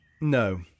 No